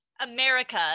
America